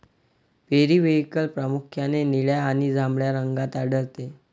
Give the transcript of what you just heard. periwinkle प्रामुख्याने निळ्या आणि जांभळ्या रंगात आढळते